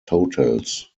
totals